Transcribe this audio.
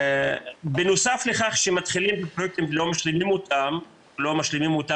בנוסף לכך שמתחילים בפרויקטים ולא משלימים אותם בזמן,